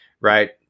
right